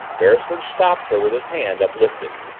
beresford stopped her with his hand uplifted.